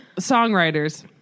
songwriters